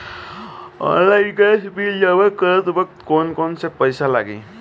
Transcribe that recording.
Online gas bill जमा करत वक्त कौने अलग से पईसा लागी?